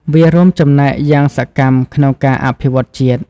វារួមចំណែកយ៉ាងសកម្មក្នុងការអភិវឌ្ឍជាតិ។